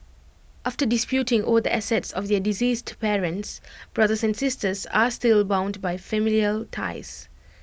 after disputing over the assets of their deceased parents brothers and sisters are still bound by familial ties